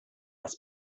das